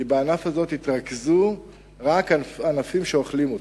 כי בענף הזה התרכזו רק ענפים שאוכלים אותם,